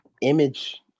image